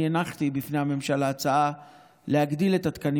אני הנחתי בפני הממשלה ההצעה להגדיל את התקנים